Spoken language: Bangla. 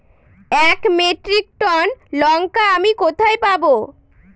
এক মেট্রিক টন লঙ্কা আমি কোথায় পাবো?